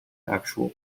actual